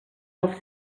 els